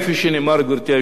חברי חברי הכנסת,